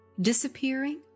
disappearing